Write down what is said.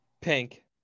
Pink